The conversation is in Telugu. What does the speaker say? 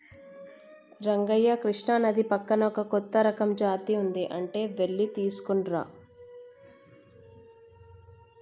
రంగయ్య కృష్ణానది పక్కన ఒక కొత్త రకం జాతి ఉంది అంట వెళ్లి తీసుకురానా